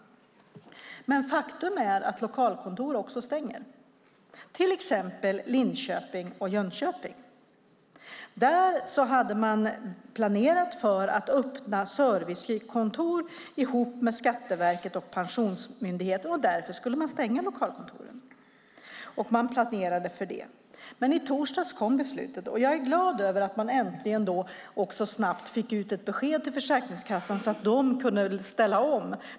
Men faktum är att lokalkontor också stänger, till exempel i Linköping och Jönköping. Där hade man planerat för att öppna servicekontor ihop med Skatteverket och Pensionsmyndigheten, och därför skulle man stänka lokalkontoren, och man planerade för det. Men i torsdags kom beslutet. Jag är glad över att man också snabbt fick ut ett besked till Försäkringskassan så att man kunde ställa om.